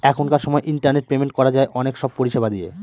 এখনকার সময় internet payment করা যায় অনেক সব পরিষেবা দিয়ে